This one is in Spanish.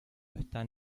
están